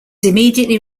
immediately